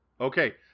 Okay